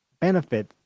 benefit